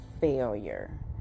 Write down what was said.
failure